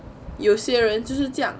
有些人就是这样